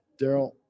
daryl